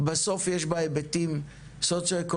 בסוף יש בה היבטים סוציואקונומיים.